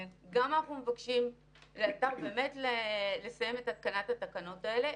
גם אנחנו מבקשים באמת לסיים את התקנת התקנות האלה,